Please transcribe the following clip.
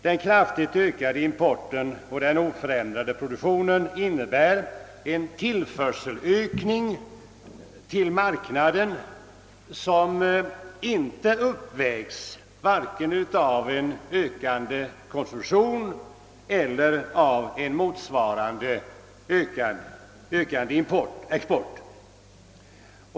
Den kraftigt ökade importen och den oförändrade produktionen innebär en tillförselökning till marknaden som inte uppväges vare sig av en ökande konsumtion eller av en motsvarande ökande export.